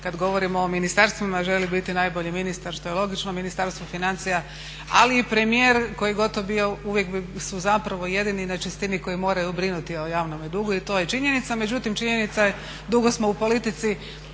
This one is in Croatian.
kad govorimo o ministarstvima želi biti najbolji ministar što je logično, Ministarstvo financija ali i premijer koji god to bio uvijek su zapravo jedini na čistini koji moraju brinuti o javnome dugu i to je činjenica. Međutim, činjenica je dugo smo u politici,